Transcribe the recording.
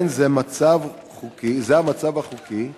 כן, זה המצב החוקי היום.